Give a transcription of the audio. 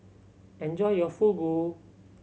enjoy your Fugu